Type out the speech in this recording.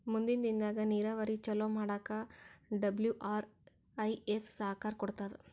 ಮುಂದಿನ್ ದಿನದಾಗ್ ನೀರಾವರಿ ಚೊಲೋ ಮಾಡಕ್ ಡಬ್ಲ್ಯೂ.ಆರ್.ಐ.ಎಸ್ ಸಹಕಾರ್ ಕೊಡ್ತದ್